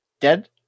Dead